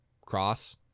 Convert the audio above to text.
cross